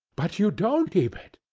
but you don't keep it.